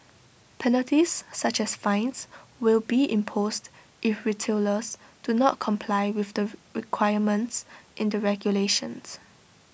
penalties such as fines will be imposed if retailers do not comply with the requirements in the regulations